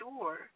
sure